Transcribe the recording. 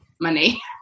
money